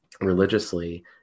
religiously